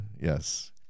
yes